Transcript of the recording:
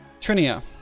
Trinia